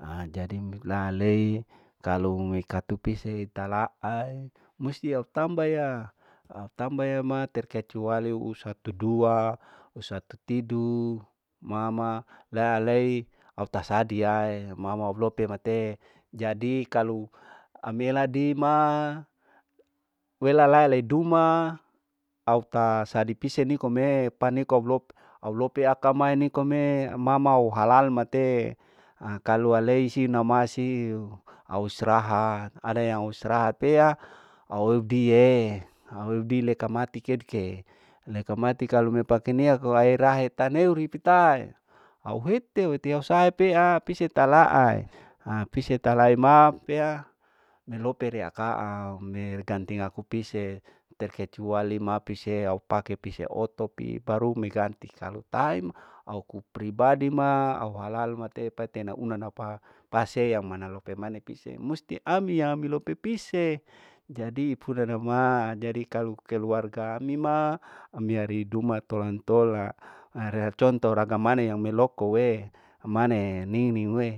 Ajadi miklalei, kalu mikatu pisie talaai, musti au tamba ya, au tamba maya terkecuali, usatudua, usatutidu, mama lalei au tasadiae mama au blokir matei, jadi kalu amela dima, wela lalei duma, au ta sadipise nikome, paniko blok au lopea kamae nikome, mama uhalal matei, akalau anei sinama siu, au strahat, ada yang au strahat pea, au weudiee, au weuddi lekamati keduke, lekamati kalu me kupake nia kuairahae taneu ripitae, au heteu wetee saa pea pise talaae, apise talae ma pea melope reakaau, me reganting aku pise, iter kecuali ma pise aupake pise oto pi baru mi ganti, kalu tahi ma au kupribadi ma halal mate pata nauna napa pase yang mana lope mane pise, musti ami ami lope pise, jadi ipura namaa maa jadi kalu keluarga ami maa, ami amir duma tolan tola, are contoh ragang mana yang melokoe manee nining hue